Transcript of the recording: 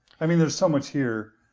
i mean there's so much here.